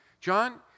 John